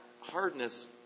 hardness